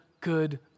good